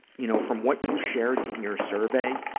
you know, from what you shared in your survey,